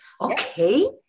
okay